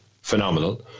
phenomenal